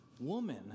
woman